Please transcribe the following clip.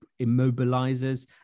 immobilizers